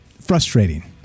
frustrating